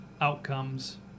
outcomes